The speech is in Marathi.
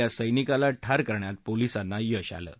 या सैनिकाला ठार करण्यात पोलिसांना यश आले आहे